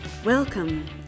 Welcome